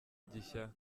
gishya